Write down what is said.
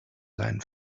sein